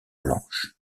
blanche